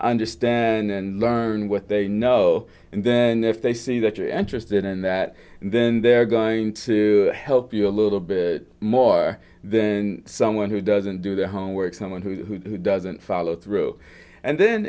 understand and learn what they know and then if they see that you're interested in that then they're going to help you a little bit more than someone who doesn't do their homework someone who doesn't follow through and then